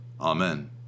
Amen